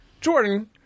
Jordan